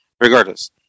regardless